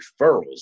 referrals